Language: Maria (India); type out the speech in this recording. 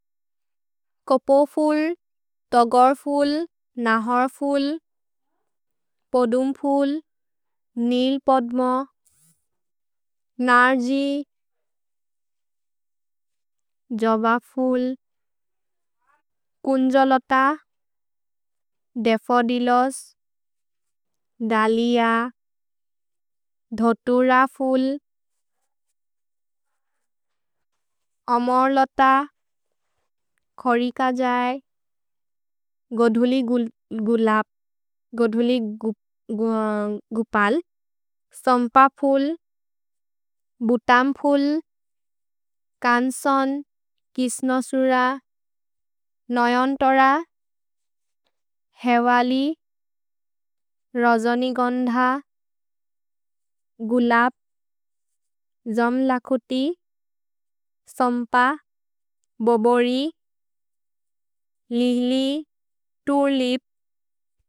कोपो फूल, तगर फूल, नहर फूल पदुम फूल, निल पद्म नारजी, जबा फूल कुञ्जलता, देफ़ोडिलोष, दालिया धोटुरा फूल, अमरलता खरीका जाय, गधुली गुलाप, गधुली गुपाल संपा फूल, बुताम फूल कान्सन, किष्णसुरा, नयं तरा हेवाली, रजनी गंधा गुलाप, जमलाकुति संपा, बोबोरी, लिली, टूलिप।